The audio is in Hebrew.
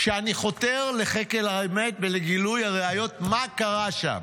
לחקר האמת ולגילוי הראיות מה קרה שם.